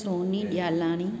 Sony Dialani